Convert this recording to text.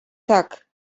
tak